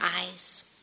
eyes